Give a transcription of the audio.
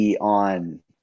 on